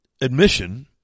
admission